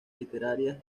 literarias